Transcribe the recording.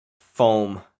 foam